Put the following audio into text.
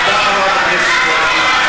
תודה, חברת הכנסת זועבי.